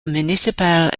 municipal